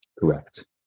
Correct